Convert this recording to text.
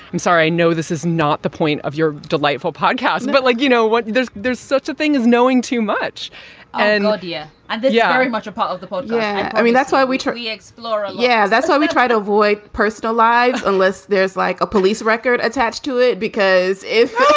i'm sorry. i know this is not the point of your delightful podcast, but like, you know what? there's there's such a thing as knowing too much and libya and the yeah very much a part of the boat yeah i mean, that's why we talk. we explore ah yeah. that's what we try to avoid personal lives unless there's like a police record attached to it. because if,